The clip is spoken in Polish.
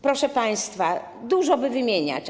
Proszę państwa, dużo by wymieniać.